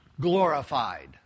glorified